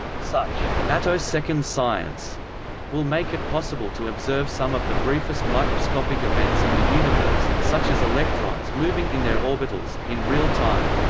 such attosecond science will make it possible to observe some of the briefest microscopic events in the universe, such as electrons moving in their orbitals, in real time.